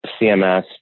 CMS